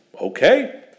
Okay